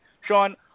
Sean